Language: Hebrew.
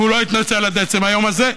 והוא לא התנצל עד עצם היום הזה.